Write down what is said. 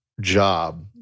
Job